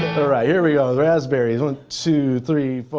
right. here we go. the raspberries, one, two, three,